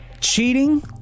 Cheating